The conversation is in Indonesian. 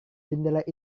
jendela